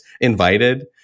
invited